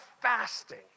fasting